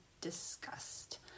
discussed